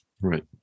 Right